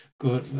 Good